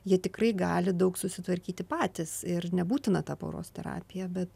jie tikrai gali daug susitvarkyti patys ir nebūtina ta poros terapija bet